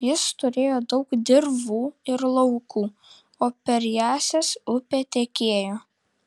jis turėjo daug dirvų ir laukų o per jąsias upė tekėjo